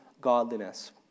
godliness